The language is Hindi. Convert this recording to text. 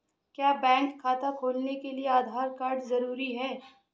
क्या बैंक खाता खोलने के लिए आधार कार्ड जरूरी है?